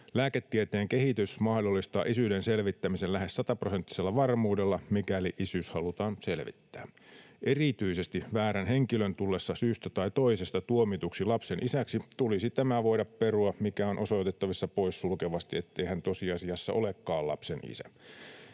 Lääketieteen kehitys mahdollistaa isyyden selvittämisen lähes sataprosenttisella varmuudella, mikäli isyys halutaan selvittää. Erityisesti väärän henkilön tullessa syystä tai toisesta tuomituksi lapsen isäksi tulisi tämä voida perua, kun on osoitettavissa poissulkevasti, ettei hän tosiasiassa olekaan lapsen isä.